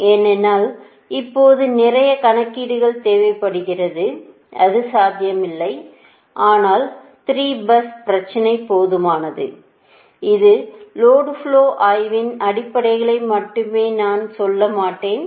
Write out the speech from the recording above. ஏனென்றால் அப்போது நிறைய கணக்கீடுகள் தேவைப்படுகிறது அது சாத்தியமில்லை ஆனால் 3 பஸ் பிரச்சனை போதுமானது இந்த லோடு ஃப்லோ ஆய்வின் அடிப்படைகளை மட்டுமே நான் சொல்ல மாட்டேன்